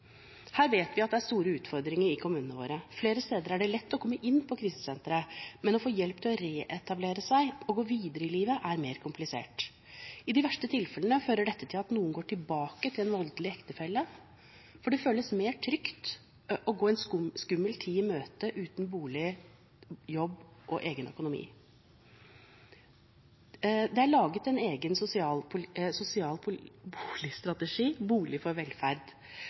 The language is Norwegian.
Her vet vi at det er store utfordringer i kommunene våre. Flere steder er det lett å komme inn på krisesenteret, men å få hjelp til å reetablere seg og gå videre i livet er mer komplisert. I de verste tilfellene fører dette til at noen går tilbake til en voldelig ektefelle. Det føles mer trygt enn å gå en skummel tid i møte – uten bolig, jobb og egen økonomi. Det er laget en egen sosial boligstrategi, Bolig for velferd,